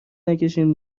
نکشین